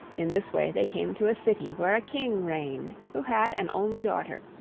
in this way they came to a city where a king reigned who had an only daughter,